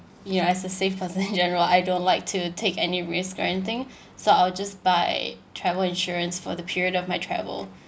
ya as a safe person in general I don't like to take any risk or anything so I'll just buy travel insurance for the period of my travel